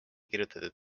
kirjutatud